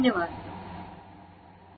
धन्यवाद Thank you